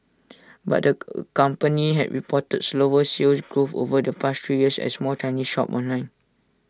but the company has reported slower Sales Growth over the past three years as more Chinese shop online